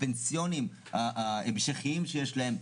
הפנסיוניים ההמשכיים שיש להם.